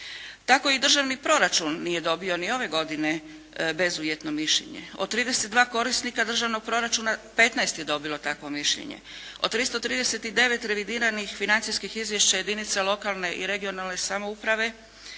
Tako i državni proračun nije dobio ni ove godine bezuvjetno mišljenje. Od 32 korisnika državnog proračuna 15 je dobilo takvo mišljenje. Od 339 revidiranih financijskih izvješća jedinica lokalne i regionalne samouprave